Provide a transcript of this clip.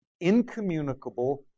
incommunicable